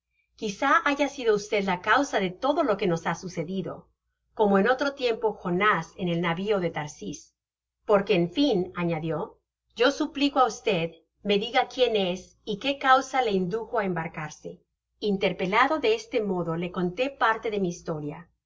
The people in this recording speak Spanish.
quizá haya sido y la causa de todo lo que nos ha sucedido como en otro tiempo jonás en el navio de tarsis porque en fin añadio yosuphco á y me diga quién es y qué causa le indujo á embarcarse interpelado de este modo le conté parte de mi historia